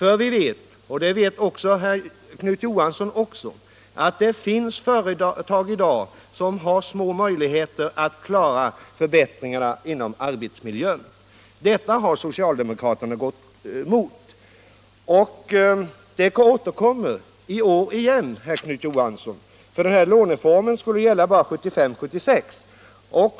Som också Knut Johansson vet finns det företag som har små möjligheter att klara förbättringarna inom arbetsmiljön. Detta förslag har socialdemokraterna gått emot. I år kommer frågan tillbaka igen, Knut Johansson, eftersom låneformen bara skulle gälla 1975/76.